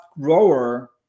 grower